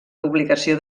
publicació